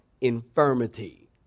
infirmity